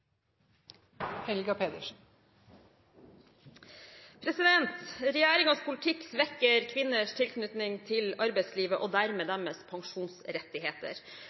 politikk svekker kvinners tilknytning til arbeidslivet, og dermed deres pensjonsrettigheter.